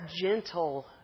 gentle